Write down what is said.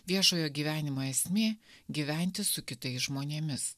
viešojo gyvenimo esmė gyventi su kitais žmonėmis